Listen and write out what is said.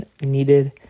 needed